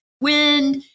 wind